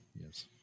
Yes